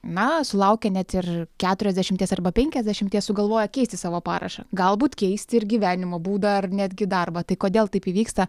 na sulaukę net ir keturiasdešimties arba penkiasdešimties sugalvoja keisti savo parašą galbūt keisti ir gyvenimo būdą ar netgi darbą tai kodėl taip įvyksta